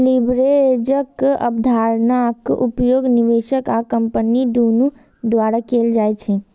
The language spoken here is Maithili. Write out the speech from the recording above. लीवरेजक अवधारणाक उपयोग निवेशक आ कंपनी दुनू द्वारा कैल जाइ छै